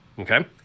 okay